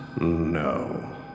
No